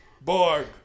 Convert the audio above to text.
Borg